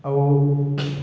ଆଉ